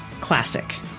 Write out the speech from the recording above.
Classic